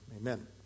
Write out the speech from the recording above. Amen